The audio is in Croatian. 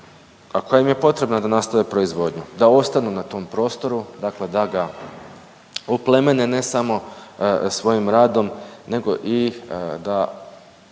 a koja im je potrebna da nastave proizvodnju, da ostanu na tom prostoru, dakle da ga oplemene ne samo svojim radom nego i da